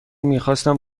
میخواستم